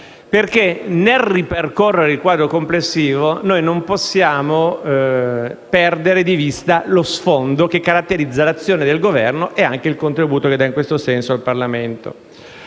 perché, nel ripercorrere il quadro complessivo, non possiamo perdere di vista lo sfondo che caratterizza l'azione del Governo e anche il contributo offerto dal Parlamento.